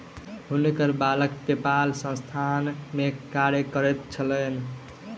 हुनकर बालक पेपाल संस्थान में कार्य करैत छैन